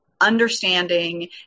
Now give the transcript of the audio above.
understanding